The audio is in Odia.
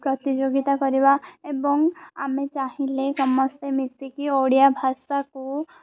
ପ୍ରତିଯୋଗିତା କରିବା ଏବଂ ଆମେ ଚାହିଁଲେ ସମସ୍ତେ ମିଶିକି ଓଡ଼ିଆ ଭାଷାକୁ